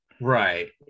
right